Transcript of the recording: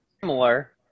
Similar